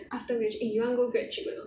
after grad~ eh you want go grad trip or not